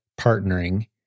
Partnering